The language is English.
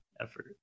effort